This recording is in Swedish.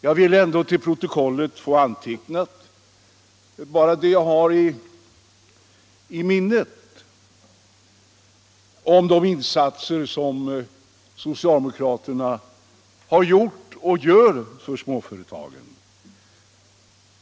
Jag vill till protokollet få antecknat några av de insatser som socialdemokraterna gjort och gör för småföretagen.